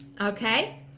okay